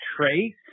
trace